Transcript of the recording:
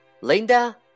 Linda